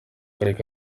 karere